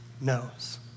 knows